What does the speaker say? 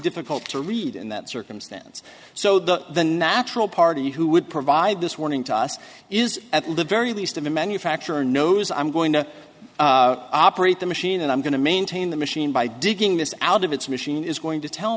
difficult to read in that circumstance so that the natural party who would provide this warning to us is at live very least a manufacturer knows i'm going to operate the machine and i'm going to maintain the machine by digging this out of its machine is going to tell